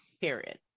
period